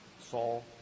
Saul